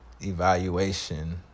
evaluation